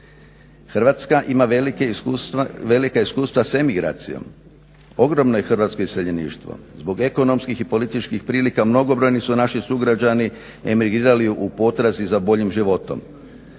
Hrvatska ima velika iskustva s emigracijom. Ogromno je hrvatsko iseljeništvo. Zbog ekonomskih i političkih prilika mnogobrojni su naši sugrađani emigrirali u potrazi za boljim životom.